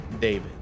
David